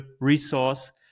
resource